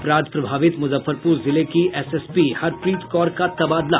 अपराध प्रभावित मुजफ्फरपुर जिले की एसएसपी हरप्रीत कौर का तबादला